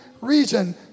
region